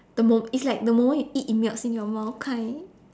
the mo~ it's like the moment you eat it melts in your mouth kind